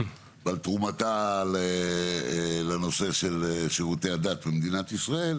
ועל תרומתה לנושא של שירותי הדת במדינת ישראל,